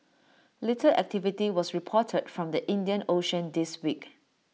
little activity was reported from the Indian ocean this week